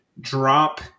drop